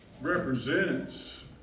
represents